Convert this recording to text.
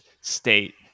state